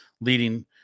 leading